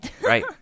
Right